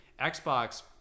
xbox